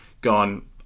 gone